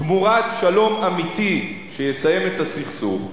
תמורת שלום אמיתי שיסיים את הסכסוך,